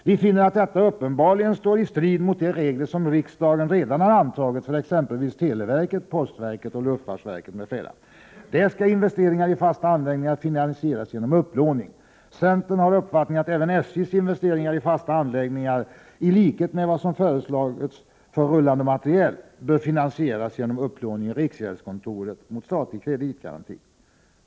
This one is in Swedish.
Vi finner att detta uppenbarligen står i strid med de regler som riksdagen redan har antagit för televerket, postverket, luftfartsverket m.fl. Där skall investeringar i fasta anläggningar finansieras genom upplåning. Centern har den uppfattningen att även SJ:s investeringar i fasta anläggningar, i likhet med vad som har föreslagits för rullande materiel, bör finansieras genom upplåning i riksgäldskontoret mot statlig kreditgaranti.